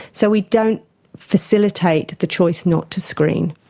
so we don't facilitate the choice not to screen.